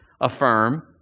affirm